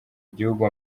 igihugu